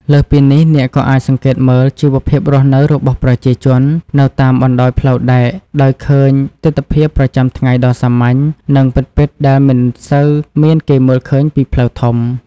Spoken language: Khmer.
លើសពីនេះ អ្នកក៏អាចសង្កេតមើល ជីវភាពរស់នៅរបស់ប្រជាជន នៅតាមបណ្ដោយផ្លូវដែក ដោយឃើញទិដ្ឋភាពប្រចាំថ្ងៃដ៏សាមញ្ញ និងពិតៗដែលមិនសូវមានគេមើលឃើញពីផ្លូវធំ។